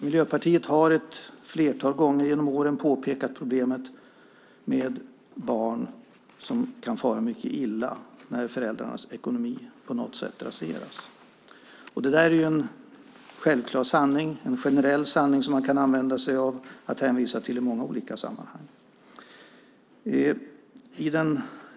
Miljöpartiet har ett flertal gånger genom åren påpekat problemet med barn som kan fara mycket illa när föräldrarnas ekonomi raseras. Det är en självklar sanning, en generell sanning som man kan använda sig av och hänvisa till i många olika sammanhang.